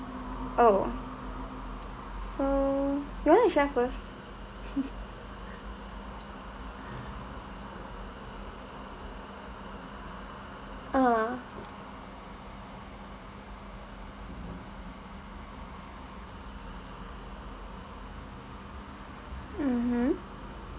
oh so you want to share first ah mmhmm